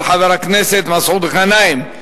של חבר הכנסת מסעוד גנאים.